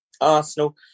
Arsenal